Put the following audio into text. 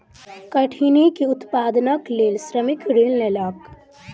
कठिनी के उत्पादनक लेल श्रमिक ऋण लेलक